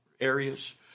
areas